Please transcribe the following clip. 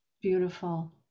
Beautiful